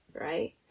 right